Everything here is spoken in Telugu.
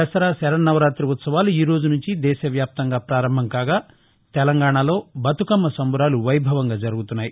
దసరా శరనవరాతి ఉత్సవాలు ఈ రోజు నుంచి దేశ వ్యాప్తంగా ప్రారంభం కాగా తెలంగాణాలో బతుకమ్మ సంబురాలు వైభవంగా జరుగుతున్నాయి